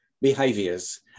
behaviors